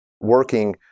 working